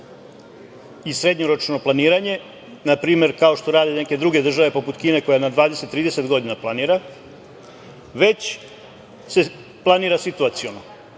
i srednjoročno planiranje, npr. kao što rade neke druge države, poput Kine, koja na 20, 30 godina planira, već se planira situaciono,